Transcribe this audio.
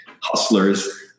hustlers